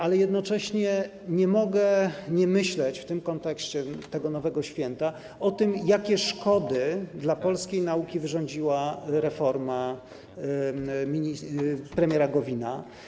A jednocześnie nie mogę nie myśleć w kontekście tego nowego święta o tym, jakie szkody w polskiej nauce wyrządziła reforma premiera Gowina.